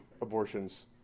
abortions